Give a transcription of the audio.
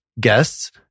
guests